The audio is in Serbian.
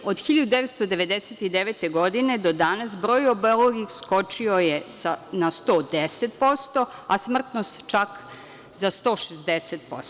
Od 1999. godine do danas broj obolelih skočio je na 110%, a smrtnost čak za 160%